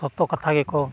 ᱡᱚᱛᱚ ᱠᱟᱛᱷᱟ ᱜᱮᱠᱚ